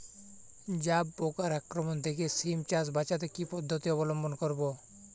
জাব পোকার আক্রমণ থেকে সিম চাষ বাচাতে কি পদ্ধতি অবলম্বন করব?